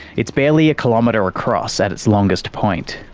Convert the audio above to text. it's barely a kilometre across at its longest point.